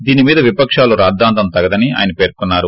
దీని మీద విపకాల రాద్ధాంతం తగదని ఆయన పేర్కొన్నారు